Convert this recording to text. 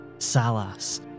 Salas